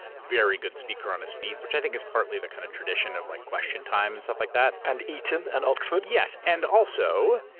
very good speaker on his feet, which i think is partly the kind of tradition of like question time and stuff like that. and eaton and oxford. and also,